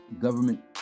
government